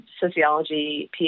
sociology